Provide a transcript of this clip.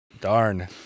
Darn